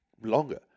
longer